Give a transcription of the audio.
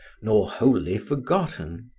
nor wholly forgotten.